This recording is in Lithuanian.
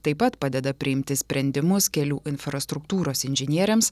taip pat padeda priimti sprendimus kelių infrastruktūros inžinieriams